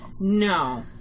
No